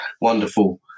wonderful